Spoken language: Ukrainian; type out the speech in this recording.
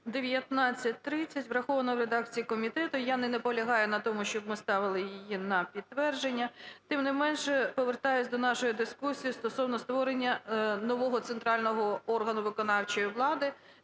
1930 врахована в редакції комітету. Я не наполягаю на тому, щоб ми ставили її на підтвердження. Тим не менше, повертаюсь до нашої дискусії стосовно створення нового центрального органу виконавчої влади